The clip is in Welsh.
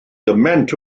gymaint